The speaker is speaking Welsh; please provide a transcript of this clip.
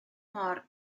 môr